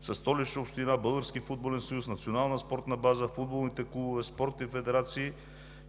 със Столичната община, Българския футболен съюз, Националната спортна база, футболните клубове, спортни федерации